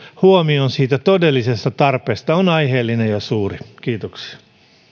huomion siitä todellisesta tarpeesta on aiheellinen ja suuri kiitoksia